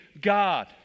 God